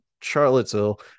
Charlottesville